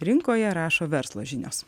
rinkoje rašo verslo žinios